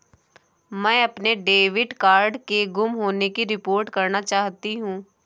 मैं अपने debit card के गुम होने की रिपोर्ट करना चाहती हूँ